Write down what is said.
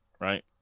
right